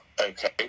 Okay